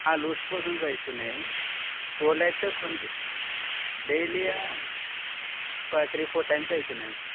loose motions అవుతున్నాయి cold అయితే కొంచెం డైలీ ఒక త్రీ ఫోర్ టైమ్స్ అవుతున్నాయి సార్